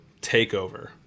TAKEOVER